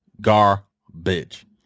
garbage